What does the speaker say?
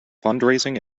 fundraising